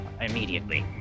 immediately